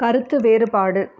கருத்து வேறுபாடு